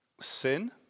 sin